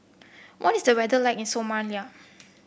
what is the weather like in Somalia